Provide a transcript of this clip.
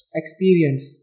experience